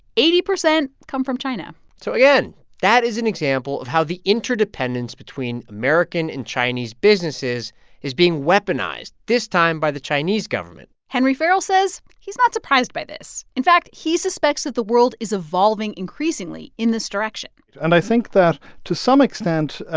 eighty percent come from china so again, that is an example of how the interdependence between american and chinese businesses is being weaponized, this time by the chinese government henry farrell says he's not surprised by this. in fact, he suspects that the world is evolving increasingly in this direction and i think that to some extent,